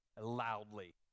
loudly